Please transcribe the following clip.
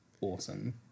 awesome